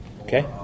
Okay